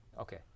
Okay